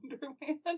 Wonderland